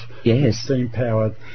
steam-powered